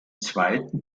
zweiten